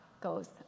goes